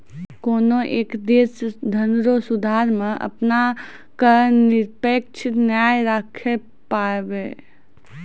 कोनय एक देश धनरो सुधार मे अपना क निष्पक्ष नाय राखै पाबै